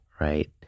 right